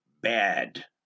Bad